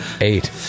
eight